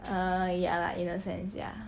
ah ya lah in a sense ya